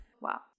wow